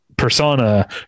persona